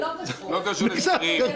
זה לא קשור לסקרים.